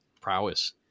prowess